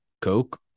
Coke